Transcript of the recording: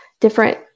different